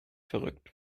verrückt